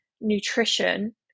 nutrition